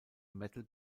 metal